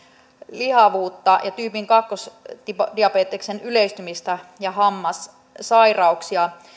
lihavuutta ja kakkostyypin diabeteksen yleistymistä ja hammassairauksia